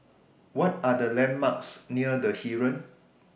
What Are The landmarks near The Heeren